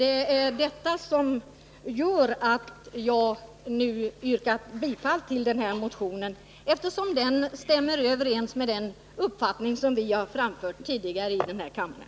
Det är detta som gjort att jag yrkat bifall till den här motionen; den stämmer överens med uppfattningar som vi tidigare framfört i den här kammaren.